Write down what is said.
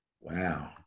Wow